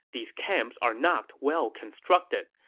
these camps are not well constructed.